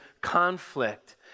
conflict